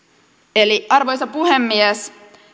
eli arvoisa puhemies